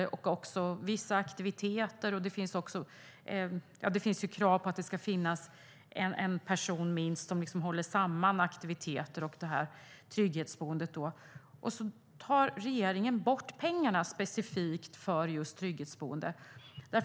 Det finns också vissa aktiviteter och krav på att det ska finnas minst en person som håller samman aktiviteter och trygghetsboendet. Sedan tar regeringen bort pengarna för specifikt trygghetsboenden.